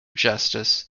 justice